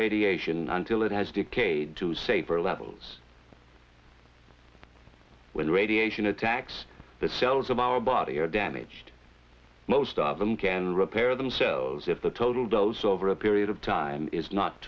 radiation until it has decay do safer levels when radiation attacks the cells of our body are damaged most of them can repair themselves if the total blows over a period of time is not